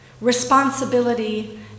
responsibility